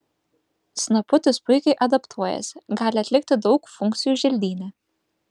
snaputis puikiai adaptuojasi gali atlikti daug funkcijų želdyne